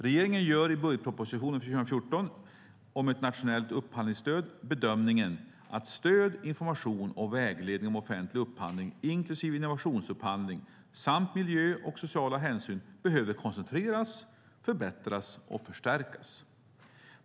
Regeringen gör i budgetpropositionen för 2014 i fråga om ett nationellt upphandlingsstöd bedömningen att stöd, information och vägledning om offentlig upphandling inklusive innovationsupphandling samt miljöhänsyn och sociala hänsyn behöver koncentreras, förbättras och förstärkas.